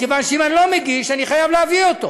מכיוון שאם אני לא מגיש, אני חייב להביא אותו.